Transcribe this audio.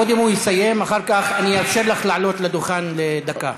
קודם הוא יסיים ואחר כך אני אאפשר לך לעלות לדוכן לדקה.